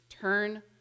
turn